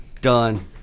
Done